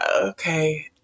okay